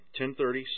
10.30